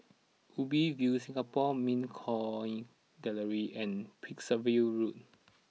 Ubi View Singapore Mint Coin Gallery and Percival Road